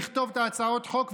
נכתוב את הצעות החוק,